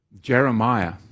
Jeremiah